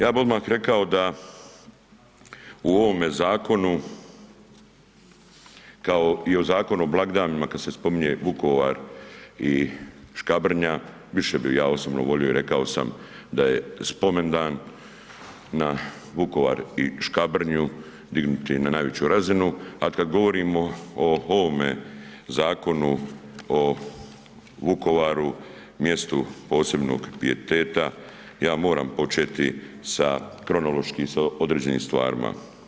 Ja bih odmah rekao da u ovome zakonu kao i o Zakonu o blagdanima kada se spominje Vukovar i Škabrnja, više bih ja osobno volio i rekao sam da je spomendan na Vukovar i Škabrnju dignuti na najveću razinu a kad govorimo o ovome Zakonu o Vukovaru, mjestu posebnog pijeteta ja moram početi sa kronološki sa određenim stvarima.